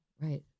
Right